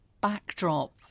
backdrop